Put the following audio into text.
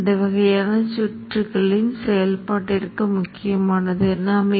அது விரைவில் நிலையான நிலையை அடையும் அது 11